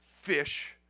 fish